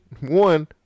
one